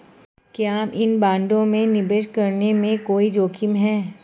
क्या इन बॉन्डों में निवेश करने में कोई जोखिम है?